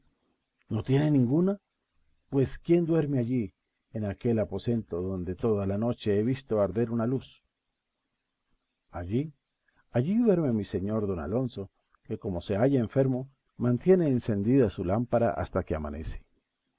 no tiene ninguna pues quién duerme allí en aquel aposento donde toda la noche he visto arder una luz allí allí duerme mi señor don alonso que como se halla enfermo mantiene encendida su lámpara hasta que amanece